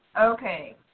Okay